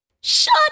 Shut